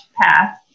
path